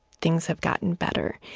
things have gotten better.